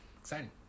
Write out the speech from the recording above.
Exciting